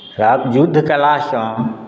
युद्ध कयलासँ